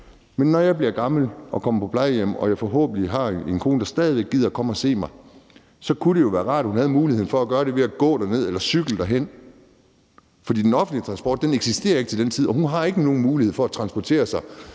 Men når jeg bliver gammel og kommer på plejehjem, og hvis jeg forhåbentlig har en kone, der stadig væk gider komme og se mig, så kunne det jo også være rart, at hun havde muligheden for at gøre det ved at gå derned eller cykle derhen. For den offentlige transport eksisterer ikke til den tid, og hun har ikke nogen mulighed for at transportere sig